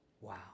Wow